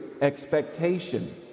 expectation